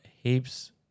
heaps